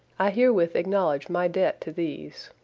i herewith acknowledge my debt to these.